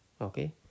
okay